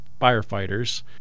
firefighters